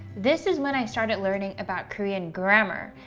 this is when i started learning about korean grammar,